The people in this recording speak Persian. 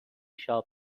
شاپ